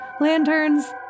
Lanterns